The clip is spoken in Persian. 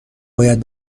باید